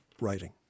writing